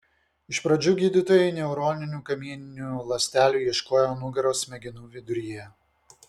iš pradžių gydytojai neuroninių kamieninių ląstelių ieškojo nugaros smegenų viduryje